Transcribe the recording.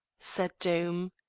said doom.